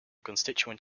constituent